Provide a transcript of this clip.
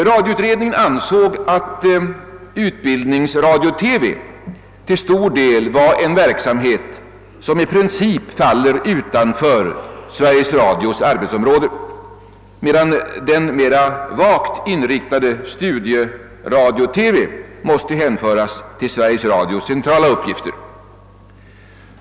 Radioutredningen ansåg att Utbildningsradio-TV till stor del var en verksamhet som i princip faller utanför Sveriges Radios arbetsområde, medan den mera vagt inriktade Studieradio-TV måste hänföras till Sveriges Radios centrala uppgifter.